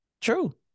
True